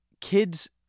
Kids